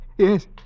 Yes